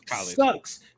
sucks